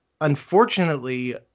unfortunately